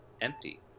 empty